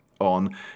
On